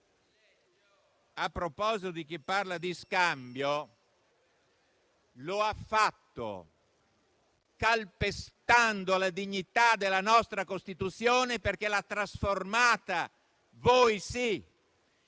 a proposito di chi parla di scambio, calpestando la dignità della nostra Costituzione, perché l'avete trasformata, voi sì,